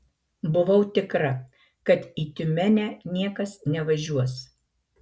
buvau tikra kad į tiumenę niekas nevažiuos